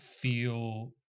feel